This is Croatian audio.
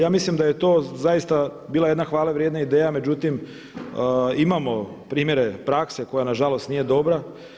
Ja mislim da je to zaista bila jedna hvale vrijedna ideja, međutim imamo primjere prakse koja na žalost nije dobra.